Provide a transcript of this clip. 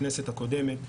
בכנסת הקודמת,